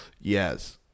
Yes